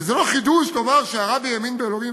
וזה לא חידוש לומר שהרבי האמין באלוהים.